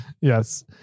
Yes